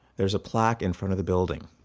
there's a plaque in front of the building.